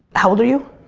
how old are you?